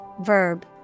verb